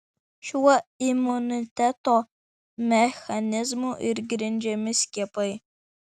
šiuo imuniteto mechanizmu ir grindžiami skiepai